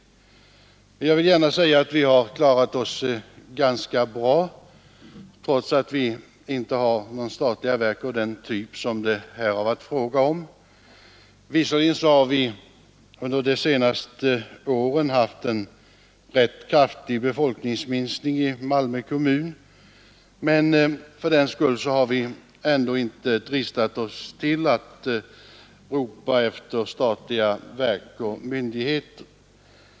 Jag vill gärna säga att vi klarat oss ganska bra, trots att vi inte har några statliga verk av den typ det här har varit fråga om. Visserligen har vi under de senaste åren haft en rätt kraftig befolkningsminskning i Malmö kommun, men vi har ändå inte dristat oss att ropa efter statliga verk och myndigheter.